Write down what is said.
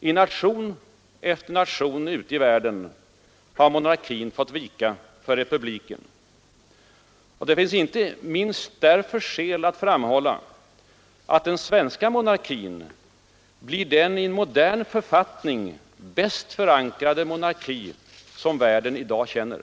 I nation efter nation ute i världen har monarkin fått vika för republiken. Det finns inte minst därför skäl att framhålla, att den svenska monarkin blir den i en modern författning bäst förankrade monarki som världen i dag känner.